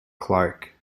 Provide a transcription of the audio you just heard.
clark